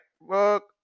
Look